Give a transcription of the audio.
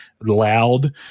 loud